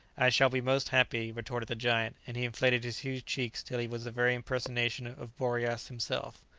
i shall be most happy, retorted the giant, and he inflated his huge checks till he was the very impersonation of boreas himself.